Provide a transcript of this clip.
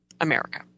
America